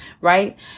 right